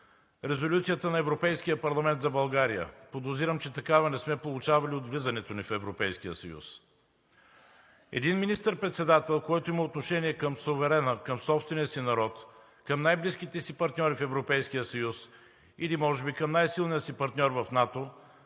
резолюцията на Европейския парламент за България. Подозирам, че такава не сме получавали от влизането ни в Европейския съюз. Един министър-председател, който има отношение към суверена, към собствения си народ, към най-близките си партньори в Европейския съюз или може би към най-силния си партньор в НАТО,